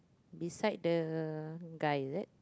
beside the guy is it